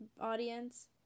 audience